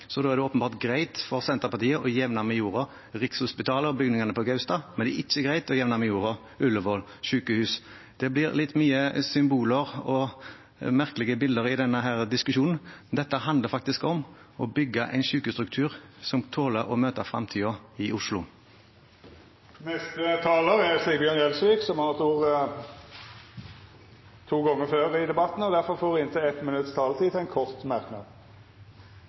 Da er det åpenbart greit for Senterpartiet å jevne med jorda Rikshospitalet og bygningene på Gaustad, men det er ikke greit å jevne Ullevål sykehus med jorda. Det blir litt mye symboler og merkelige bilder i denne diskusjonen, men dette handler faktisk om å bygge en sykehusstruktur som tåler å møte fremtiden i Oslo. Representanten Sigbjørn Gjelsvik har hatt ordet to gonger tidlegare og får ordet til ein kort merknad, avgrensa til 1 minutt. Her snakker representanten Stensland om å samle fagmiljøet, men det en